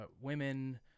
women